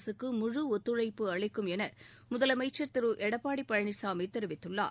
அரசுக்கு முழு ஒத்துழைப்பு அளிக்கும் என முதலமைச்ச் திரு எடப்பாடி பழனிசாமி தெரிவித்துள்ளார்